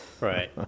Right